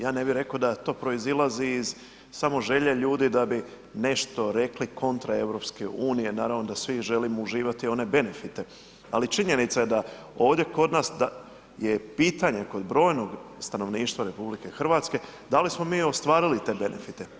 Ja ne bih rekao da to proizilazi iz samo želje ljudi da bi nešto rekli kontra EU, naravno da svi želimo uživati one benefite, ali činjenica je da ovdje kod nas da je pitanje kod brojnog stanovništva RH, da li smo mi ostvarili te benefite.